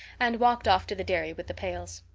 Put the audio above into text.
and walked off to the dairy with the pails.